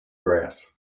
grass